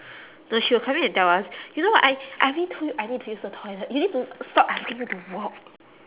no she will come in and tell us you know what I I already told you I need to use the toilet you need to stop asking me to walk